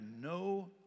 no